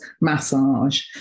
massage